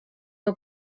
que